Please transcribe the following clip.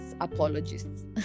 apologists